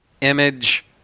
Image